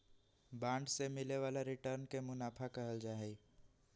bond से मिले वाला रिटर्न के मुनाफा कहल जाहई